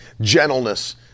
gentleness